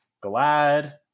glad